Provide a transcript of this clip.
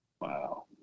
Wow